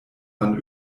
man